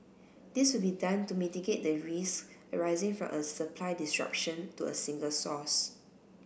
this will be done to mitigate the risk arising from a supply disruption to a single source